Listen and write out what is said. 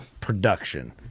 production